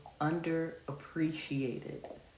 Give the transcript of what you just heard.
underappreciated